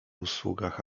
usługach